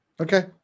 Okay